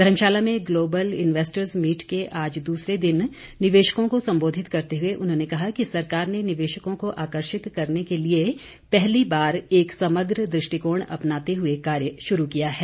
धर्मशाला में global investor meet के आज दूसरे दिन निवेशकों को संबोधित करते हुए उन्होंने कहा कि सरकार ने निवेशकों को आकर्षित करने के लिए पहली बार एक समग्र दृष्टिकोण अपनाते हुए कार्य शुरू किया है